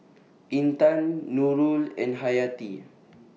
Intan Nurul and Hayati